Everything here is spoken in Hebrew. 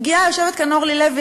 יושבת כאן אורלי לוי,